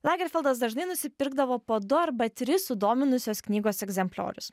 lagerfeldas dažnai nusipirkdavo po du arba tris sudominusios knygos egzempliorius